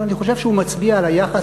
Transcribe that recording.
אבל אני חושב שהוא מצביע על היחס